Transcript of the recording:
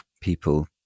people